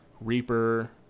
Reaper